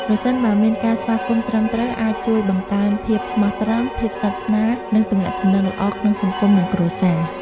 ប្រសិនបើមានការស្វាគមន៍ត្រឹមត្រូវអាចជួយបង្កើនភាពស្មោះត្រង់ ភាពស្និទ្ធិស្នាល និងទំនាក់ទំនងល្អក្នុងសង្គមនិងគ្រួសារ។